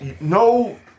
No